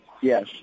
Yes